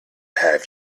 have